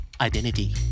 identity